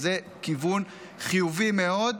זה כיוון חיובי מאוד.